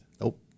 Nope